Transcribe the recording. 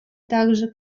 также